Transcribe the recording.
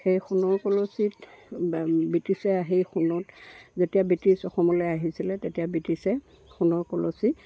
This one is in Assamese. সেই সোণৰ কলচিত ব্ৰিটিছে আহি সোণত যেতিয়া ব্ৰিটিছ অসমলৈ আহিছিলে তেতিয়া ব্ৰিটিছে সোণৰ কলচী